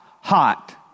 hot